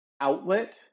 outlet